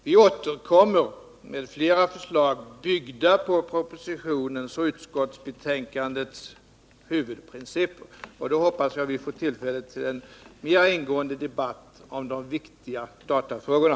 Vi återkommer med flera förslag byggda på propositionens och utskottsbetänkandets huvudprinciper, och då hoppas jag att vi får tillfälle till en mera ingående debatt om de viktiga datafrågorna.